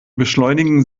beschleunigen